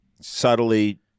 subtly